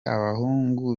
abahungu